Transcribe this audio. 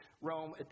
Rome